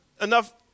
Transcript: enough